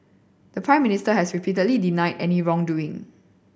the Prime Minister has repeatedly denied any wrongdoing